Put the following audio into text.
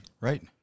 Right